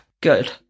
good